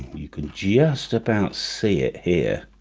you can just about see it here,